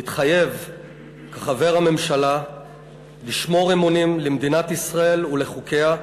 מתחייב כחבר הממשלה לשמור אמונים למדינת ישראל ולחוקיה,